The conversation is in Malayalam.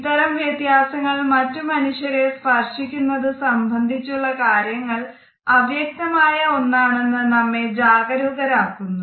ഇത്തരം വ്യത്യാസങ്ങൾ മറ്റ് മനുഷ്യരെ സ്പർശിക്കുന്നത് സംബന്ധിച്ചുള്ള കാര്യങ്ങൾ അവ്യക്തമായ ഒന്നാണെന്ന് നമ്മെ ജാഗരൂകരാക്കുന്നു